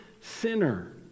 sinner